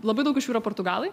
labai daug iš jų yra portugalai